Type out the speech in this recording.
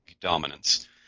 dominance